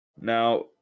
Now